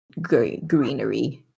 greenery